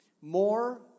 more